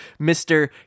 Mr